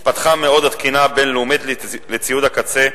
התפתחה מאוד התקינה הבין לאומית לציוד הקצה.